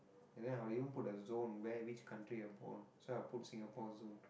and then I'll even put the zone where which country you're born so I'll put Singapore zone